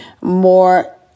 more